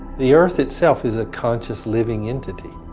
the earth itself is a conscious living entity,